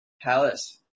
Palace